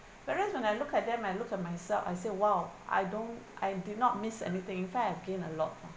whereas when I look at them I look at myself I said !wow! I don't I did not miss anything in fact I gain a lot lah